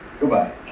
Goodbye